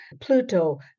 Pluto